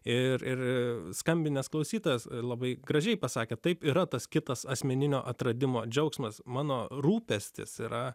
ir skambinęs klausytojas labai gražiai pasakė taip yra tas kitas asmeninio atradimo džiaugsmas mano rūpestis yra